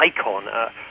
icon